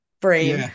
brain